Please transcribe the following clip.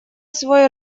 свой